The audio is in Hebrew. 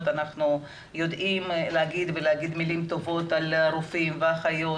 אנחנו יודעים להגיד מילים טובות לרופאים ולאחיות,